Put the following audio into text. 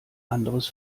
anderes